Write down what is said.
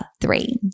three